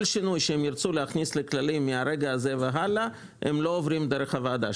כל שינוי שירצו להכניס לכללים מרגע זה והלאה הם לא עוברים דרך הוועדה.